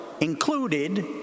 included